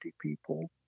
people